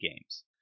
games